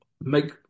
make